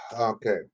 Okay